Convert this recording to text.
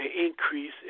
Increase